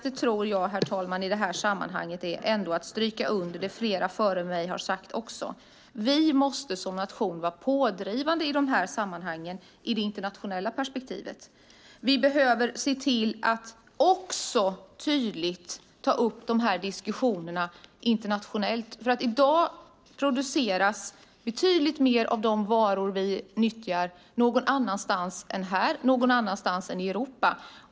Jag tror att det viktigaste i det här sammanhanget ändå är att stryka under det flera före mig har sagt, nämligen att vi som nation måste vara pådrivande i de här sammanhangen i det internationella perspektivet. Vi behöver också se till att tydligt ta upp de här diskussionerna internationellt. I dag produceras betydligt mer av de varor vi nyttjar någon annanstans än här och någon annanstans än i Europa.